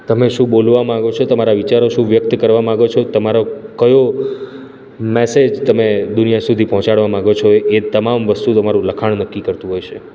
તમે શું બોલવા માંગો છો તમારા વિચારો શું વ્યક્ત કરવા માંગો છો તમારો કયો મેસેજ તમે દુનિયા સુધી પહોંચાડવા માંગો છો એ તમામ વસ્તુ તમારું લખાણ નક્કી કરતું હોય છે